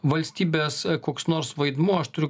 valstybės koks nors vaidmuo aš turiu